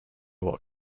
what